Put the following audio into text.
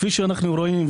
כפי שאנחנו רואים,